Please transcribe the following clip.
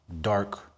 dark